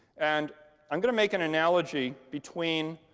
and i'm going to make an analogy between